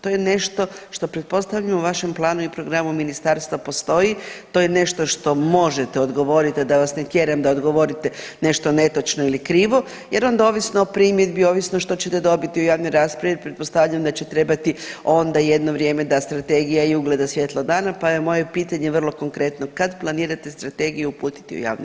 To je nešto što pretpostavljam u vašem planu i programu ministarstva postoji, to je nešto što možete odgovorit, a da vas ne tjeram da odgovorite nešto netočno ili krivo jer onda ovisno o primjedbi, ovisno što ćete dobiti u javnoj raspravi pretpostavljam da će trebati onda jedno vrijeme da strategija i ugleda svjetlo dana, pa je moje pitanje vrlo konkretno, kad planirate strategiju uputiti u javnu raspravu?